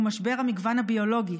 הוא משבר המגוון הביולוגי,